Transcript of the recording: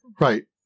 Right